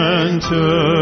enter